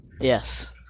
Yes